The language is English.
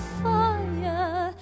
fire